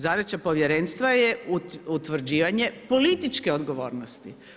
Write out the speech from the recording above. Zadaća Povjerenstva je utvrđivanje političke odgovornosti.